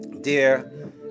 Dear